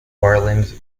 orleans